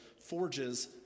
forges